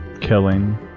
killing